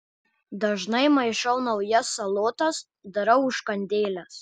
dažnai maišau naujas salotas darau užkandėles